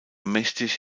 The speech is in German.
mächtig